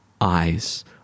eyes